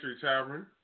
Tavern